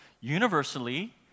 universally